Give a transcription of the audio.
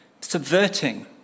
subverting